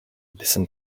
listen